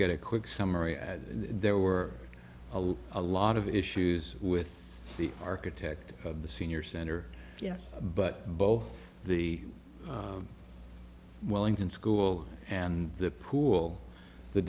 get a quick summary there were a lot of issues with the architect of the senior center yes but both the wellington school and the pool the